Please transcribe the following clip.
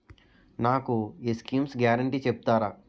నాకు ఈ schemes guarantee చెప్తారా?